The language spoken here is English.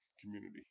community